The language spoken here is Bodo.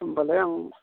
होमब्लालाय आं